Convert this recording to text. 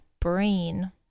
brain